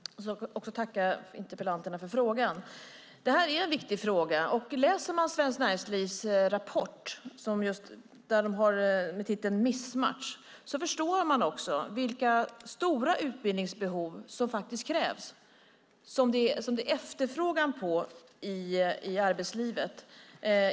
Fru talman! Jag vill också tacka interpellanterna för frågan. Det här är en viktig fråga. Läser man Svenskt Näringslivs rapport Mismatch förstår man vilka stora utbildningsbehov som faktiskt finns och som det är efterfrågan på i arbetslivet.